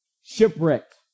Shipwrecked